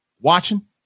watching